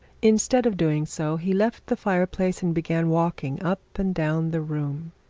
instead of doing so, he left the fire-place and began walking up and down the room.